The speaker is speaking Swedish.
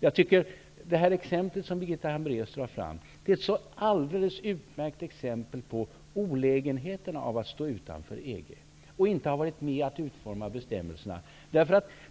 Jag tycker att det exempel som Birgitta Hambraeus tar upp är ett alldeles utmärkt exempel på olägenheterna av att stå utanför EG och inte ha varit med att utforma bestämmelserna.